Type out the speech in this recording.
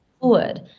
forward